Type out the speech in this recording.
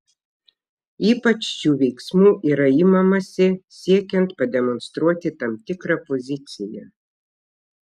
ypač šių veiksmų yra imamasi siekiant pademonstruoti tam tikrą poziciją